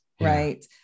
right